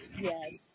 Yes